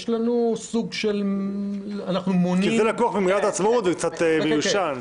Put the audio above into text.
זה לקוח ממגילת העצמאות וזה קצת מיושן.